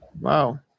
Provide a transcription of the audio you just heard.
Wow